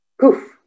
Poof